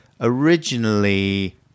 originally